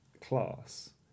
class